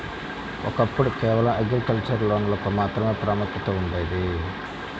ఒకప్పుడు కేవలం అగ్రికల్చర్ లోన్లకు మాత్రమే ప్రాముఖ్యత ఉండేది